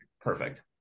perfect